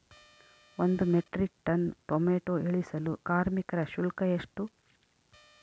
ಒಂದು metric ton tomato ಇಳಿಸಲು ಕಾರ್ಮಿಕರ ಶುಲ್ಕ ಎಷ್ಟು?